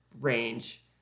range